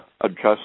adjust